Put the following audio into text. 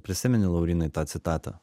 prisimeni laurynai tą citatą